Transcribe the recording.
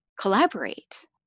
collaborate